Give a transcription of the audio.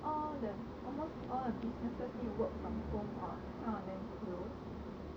all the almost all the businesses need to work from home or some of them